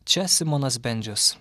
čia simonas bendžius